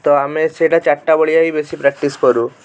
ତ ଆମେ ସେଇଟା ଚାରିଟା ବେଳିଆ ହିଁ ବେଶୀ ପ୍ରାକ୍ଟିସ୍ କରୁ